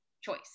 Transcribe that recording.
choice